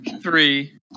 three